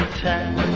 time